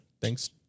Thanks